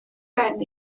ben